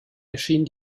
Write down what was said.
erschien